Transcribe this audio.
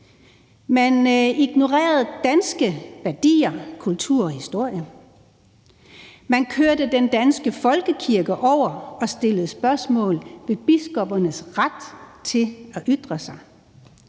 Man ignorerede danske værdier, kultur og historie. Man kørte den danske folkekirke over og stillede spørgsmål ved biskoppernes ret til at ytre sig.